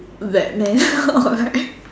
Batman